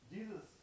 Jesus